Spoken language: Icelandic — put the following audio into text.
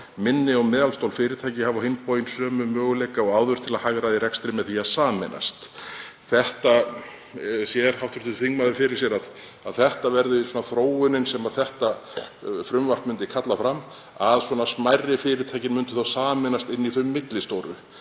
Minni og meðalstór fyrirtæki hafa á hinn bóginn sömu möguleika og áður til að hagræða í rekstri með því að sameinast.“ Sér hv. þingmaður fyrir sér að þetta yrði þróunin sem þetta frumvarp myndi kalla fram, að smærri fyrirtækin myndu þá sameinast inn í þau millistóru